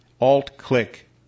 alt-click